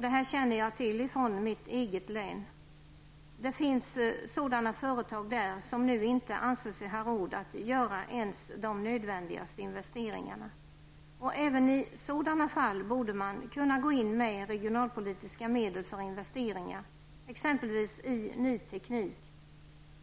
Det här känner jag till från mitt eget län. Där finns sådana företag som nu inte anser sig ha råd att göra ens de nödvändigaste investeringarna. Även i sådana fall borde man kunna gå in med regionalpolitiska medel för investeringar, exempelvis i ny teknik,